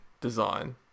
design